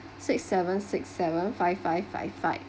six seven six seven five five five five